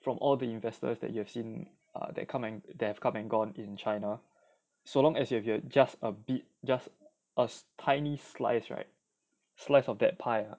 from all the investors that you have seen uh that come that have come and gone in china so long as you have just a bit just a tiny slice right slice of that pie ah